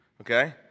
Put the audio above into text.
okay